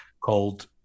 called